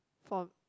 from